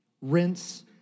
rinse